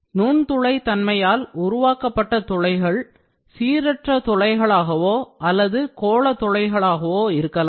நுண்துளை தன்மையால் உருவாக்கப்பட்ட துளைகள் சீரற்ற துளைகளாகவோ irregular pores அல்லது கோள துளைகளாகவோ இருக்கலாம்